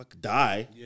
die